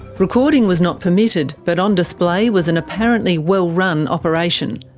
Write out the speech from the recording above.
recording was not permitted, but on display was an apparently well-run operation,